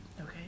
okay